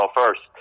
first